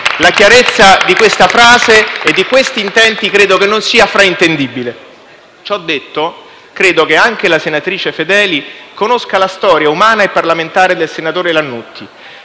La chiarezza di questa frase e di questi intenti credo non sia fraintendibile. Ciò detto, credo che anche la senatrice Fedeli conosca la storia umana e parlamentare del senatore Lannutti.